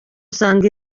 usanga